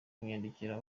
kunyandikira